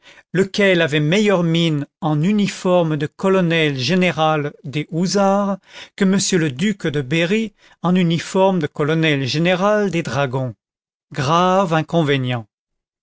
lequel avait meilleure mine en uniforme de colonel général des houzards que m le duc de berry en uniforme de colonel général des dragons grave inconvénient